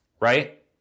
Right